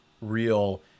real